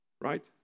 right